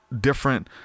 different